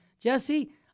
Jesse